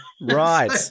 Right